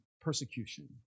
persecution